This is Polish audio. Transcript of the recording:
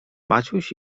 maciuś